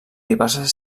diverses